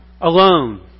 alone